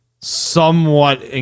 somewhat